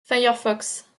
firefox